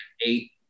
eight